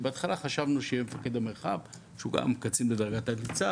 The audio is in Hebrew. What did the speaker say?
בהתחלה חשבנו שזה יהיה מפקד המרחב שהוא קצין בדרגת ניצב,